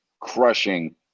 crushing